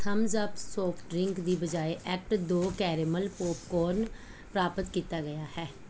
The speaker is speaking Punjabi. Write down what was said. ਥਮਸ ਅੱਪ ਸੋਫਟ ਡਰਿੰਕ ਦੀ ਬਜਾਇ ਐਕਟ ਦੋ ਕੈਰੇਮਲ ਪੌਪਕੌਰਨ ਪ੍ਰਾਪਤ ਕੀਤਾ ਗਿਆ ਹੈ